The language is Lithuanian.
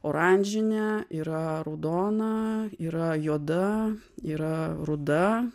oranžinė yra raudona yra juoda yra ruda